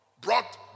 brought